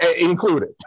included